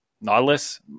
Nautilus